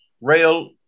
rail